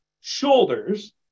shoulders